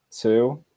two